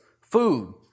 food